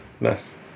Nice